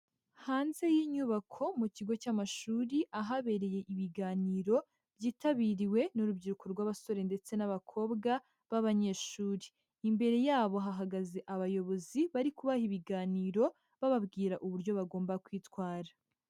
Hanze y'inyubako mu kigo cy'amashuri, ahabereye ibiganiro byitabiriwe n'urubyiruko rw'abasore ndetse n'abakobwa b'abanyeshuri. Imbere yabo hahagaze abayobozi bari kubaha ibiganiro, bababwira uburyo bagomba kwitwara.